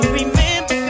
remember